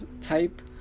type